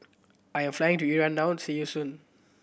I'm flying to Iran now see you soon